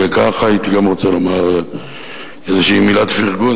וככה גם הייתי רוצה לומר איזושהי מילת פרגון.